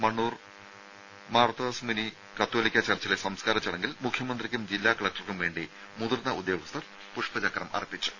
മണ്ണൂർ മാർത്താസ്മുനി കത്തോലിക്ക ചർച്ചിലെ സംസ്ക്കാര ചടങ്ങിൽ മുഖ്യമന്ത്രിക്കും ജില്ലാ കലക്ടർക്കും വേണ്ടി മുതിർന്ന ഉദ്യോഗസ്ഥർ പുഷ്പ ചക്രം അർപ്പിച്ചു